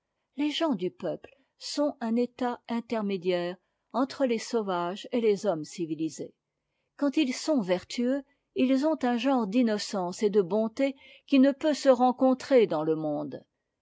les gens du peuple sont un état intermédiaire entre les sauvages et les hommes civilisés quand ils sont vertueux ils ont un genre d'innocence et de bonté qui ne peut se rencontrer dans le monde